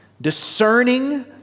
Discerning